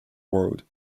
world